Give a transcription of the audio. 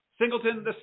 Singleton